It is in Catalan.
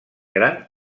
gran